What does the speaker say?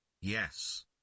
Yes